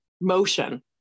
motion